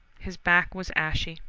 his back was ashy.